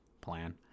plan